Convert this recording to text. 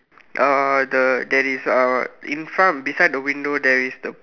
uh the there is a in front beside the window there is the